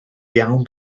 iawn